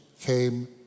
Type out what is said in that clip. came